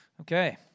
Okay